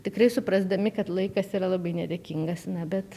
tikrai suprasdami kad laikas yra labai nedėkingas na bet